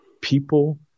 people